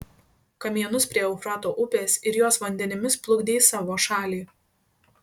kamienus prie eufrato upės ir jos vandenimis plukdė į savo šalį